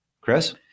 Chris